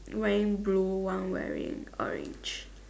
wearing blue one wearing orange